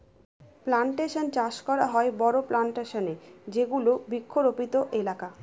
plantation চাষ করা হয় বড়ো প্লানটেশনে যেগুলো বৃক্ষরোপিত এলাকা